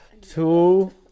two